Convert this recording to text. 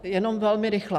Jenom velmi rychle.